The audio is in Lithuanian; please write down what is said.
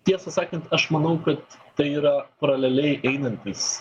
tiesą sakant aš manau kad tai yra paraleliai einantys